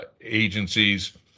agencies